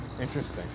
Interesting